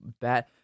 bad